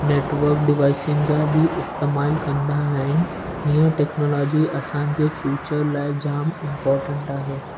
network डिवाइसिंग जा बि इस्तेमालु कंदा आहिनि हीअ टेक्नोलॉजी असांजे फ्यूचर लाइ जाम इम्पोर्टेन्ट आहे